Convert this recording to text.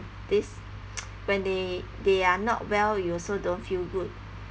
this when they they are not well you also don't feel good